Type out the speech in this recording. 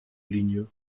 линию